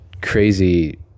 crazy